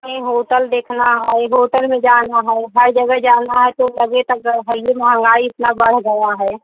कहीं होटल देखना है होटल में जाना है हर जगह जाना है तो लगे तो हइए महंगाई इतना बढ़ गया है